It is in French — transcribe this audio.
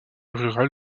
rurale